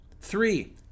Three